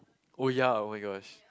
oh ya !oh my gosh!